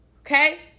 Okay